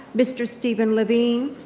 mr. steven lavigne,